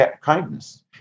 kindness